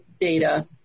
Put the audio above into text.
data